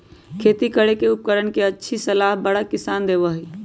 खेती करे के उपकरण के अच्छी सलाह बड़ा किसान देबा हई